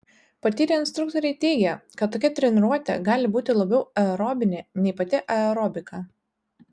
patyrę instruktoriai teigia kad tokia treniruotė gali būti labiau aerobinė nei pati aerobika